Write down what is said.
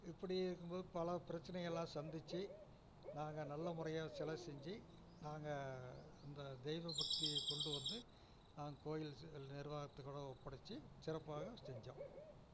இப்படி இருக்கும்போது பல பிரச்சனைகள் எல்லாம் சந்திச்சு நாங்கள் நல்ல முறையாக சில செஞ்சு நாங்கள் இந்த தெய்வபக்தியை கொண்டு வந்து நாங்கள் கோயில் நிர்வாகத்துக்கோட ஒப்படைச்சு சிறப்பாக செஞ்சோம்